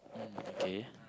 mm okay